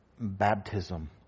Baptism